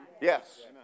Yes